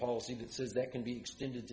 policy that says that can be extended